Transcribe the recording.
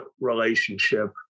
relationship